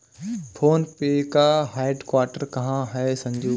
Phone पे का headquarter कहां है संजू?